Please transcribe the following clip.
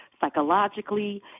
psychologically